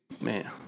Man